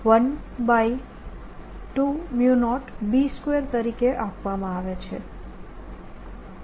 આપણે શીખી ગયા કે ચુંબકીય ક્ષેત્ર B માં એનર્જી ડેન્સિટી ને 120B2 તરીકે આપવામાં આવે છે